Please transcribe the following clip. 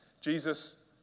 Jesus